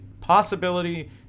possibility